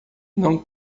não